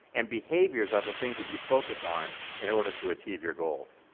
and behaviors are the things that you focus on in order to achieve your goals.